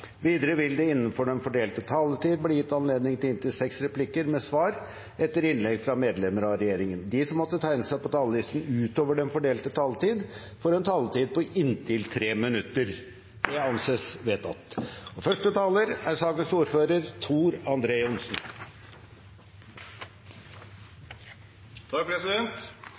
Videre vil det – innenfor den fordelte taletid – bli gitt anledning til inntil seks replikker med svar etter innlegg fra medlemmer av regjeringen, og de som måtte tegne seg på talerlisten utover den fordelte taletid, får en taletid på inntil 3 minutter.